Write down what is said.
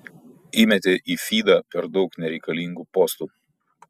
įmetė į fydą per daug nereikalingų postų